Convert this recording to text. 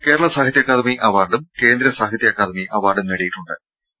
കേരള സാഹിത്യ അക്കാദമി അവാർഡും കേന്ദ്ര സാഹിത്യ അക്കാദമി അവാർഡും നേടിയിട്ടുണ്ട്